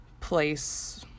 place